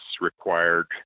required